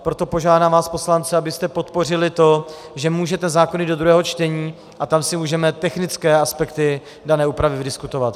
Proto požádám vás poslance, abyste podpořili to, že může ten zákon do druhého čtení, a tam si můžeme technické aspekty dané úpravy vydiskutovat.